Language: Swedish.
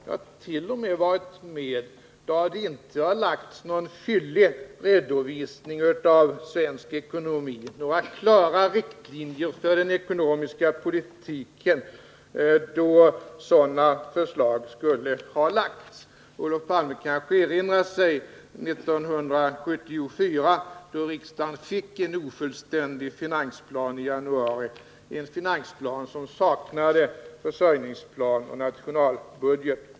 Jag har t.o.m. varit med om januarimånader då det inte har lagts fram någon fyllig redovisning av svensk ekonomi och då några klara riktlinjer för den ekonomiska politiken inte har presenterats, trots att detta borde ha skett. Olof Palme erinrar sig kanske 1974 då riksdagen fick en ofullständig finansplan i januari, en finansplan som saknade försörjningsplan och nationalbudget.